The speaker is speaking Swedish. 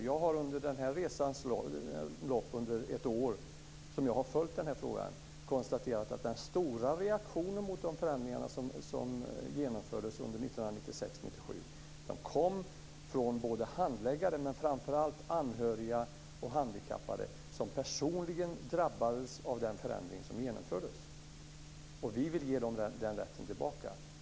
Jag har under resans gång under det år som jag har följt frågan konstaterat att den stora reaktionen mot de förändringar som genomfördes 1996/1997 kom från handläggare men framför allt anhöriga och handikappade som personligen drabbades av den förändring som genomfördes. Vi vill ge dem rätten tillbaka.